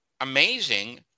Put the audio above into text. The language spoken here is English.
amazing